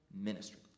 ministry